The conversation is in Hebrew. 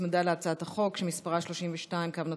שהוצמדה להצעת החוק שמספרה פ/32/23.